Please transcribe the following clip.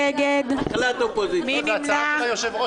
הישיבה